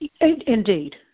Indeed